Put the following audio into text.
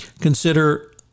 consider